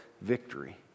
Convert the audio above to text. victory